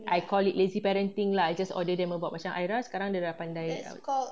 I called it lazy parenting lah I just order them about macam ayra sekarang dia dah pandai